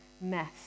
mess